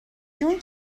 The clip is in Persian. جون